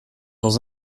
dans